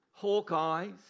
Hawkeye's